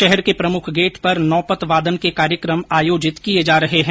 शहर के प्रमुख गेट पर नौपत वादन के कार्यक्रम आयोजित किए जा रहे है